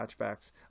hatchbacks